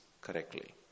correctly